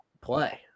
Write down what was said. play